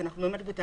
אז אנחנו בתהליך,